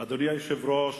אדוני היושב-ראש,